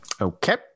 Okay